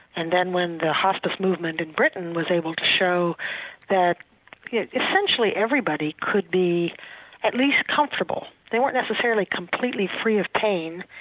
and then when the hospice movement in britain was able to show that yeah essentially everybody could be at least comfortable. they weren't necessarily completely free of pain,